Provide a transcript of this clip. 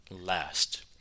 last